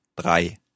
drei